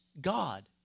God